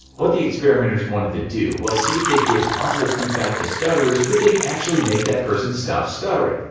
what the experimenters wanted to do was see if they gave positive feedback to stutterers could they actually make that person stop stuttering.